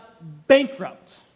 bankrupt